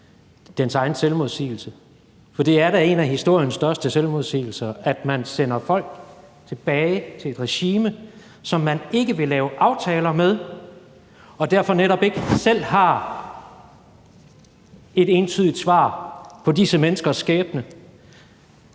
dens egen selvmodsigelse, for det er da en af historiens største selvmodsigelser, at man sender folk tilbage til et regime, som man ikke vil lave aftaler med, og at man derfor netop ikke selv har et entydigt svar på disse menneskers skæbne.